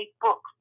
books